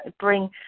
bring